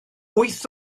wyth